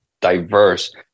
diverse